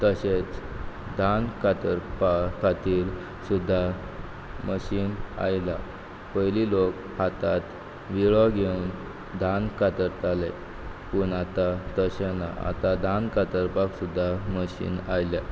तशेंच धान कातरपा खातीर सुद्दां मशीन आयलां पयलीं लोक हातात विळो घेवन धान कातरताले पूण आतां तशें ना आतां धान कातरपाक सुद्दां मशीन आयल्या